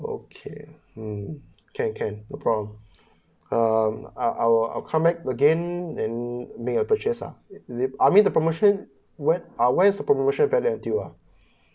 okay hmm can can no problem uh I I'll come back again then make the purchase lah is it I mean the promotion when uh when's the promotion end until uh